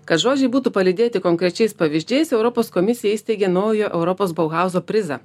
kad žodžiai būtų palydėti konkrečiais pavyzdžiais europos komisija įsteigė naują europos bauhauzo prizą